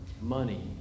money